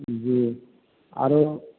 जी आरो